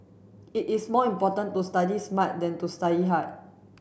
it is more important to study smart than to study hard